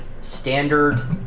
standard